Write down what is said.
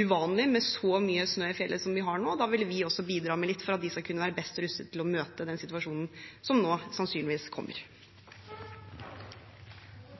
uvanlig med så mye snø i fjellet som vi har nå, og da ville vi også bidra med litt for at de skal kunne være best rustet til å møte den situasjonen som nå sannsynligvis kommer.